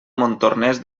montornès